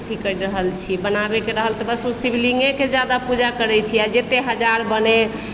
की करि रहल छी बनाबैके रहल तऽ बस ओ शिवलिङ्गेके ज्यादा पूजा करैत छी आ जतय हजार बनय